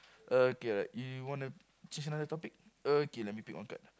okay right you want to change another topic okay let me pick one card